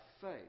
faith